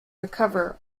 recover